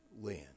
land